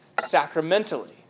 sacramentally